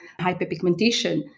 hyperpigmentation